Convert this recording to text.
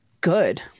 good